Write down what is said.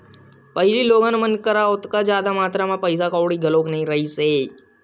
पहिली लोगन मन करा ओतेक जादा मातरा म पइसा कउड़ी घलो नइ रिहिस हे